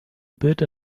bit